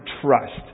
trust